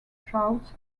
shouts